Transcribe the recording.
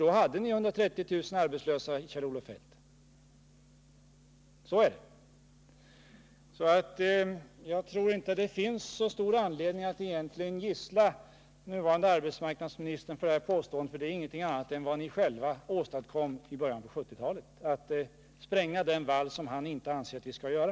Då hade ni nämligen 130 000 arbetslösa, Kjell-Olof Feldt. Jag tror egentligen inte att det finns så stor anledning att gissla den nuvarande arbetsmarknadsministern för det här påståendet, för det han talar om är ingenting annat än det ni själva åstadkom i början av 1970-talet — att spränga treprocentsvallen — vilket han alltså inte anser att vi skall göra.